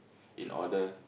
in order